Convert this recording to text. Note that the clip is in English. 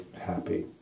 happy